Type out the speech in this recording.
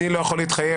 אני לא יכול להתחייב,